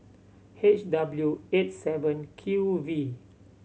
H W eight seven Q V